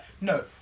No